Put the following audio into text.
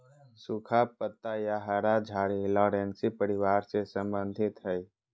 सुखा पत्ता या हरा झाड़ी लॉरेशी परिवार से संबंधित हइ